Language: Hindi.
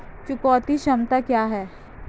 चुकौती क्षमता क्या है?